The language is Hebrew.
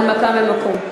הנמקה מהמקום.